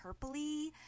purpley